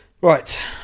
right